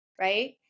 right